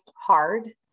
hard